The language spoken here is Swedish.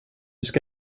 ska